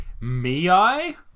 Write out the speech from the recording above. me-i